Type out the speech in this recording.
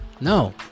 No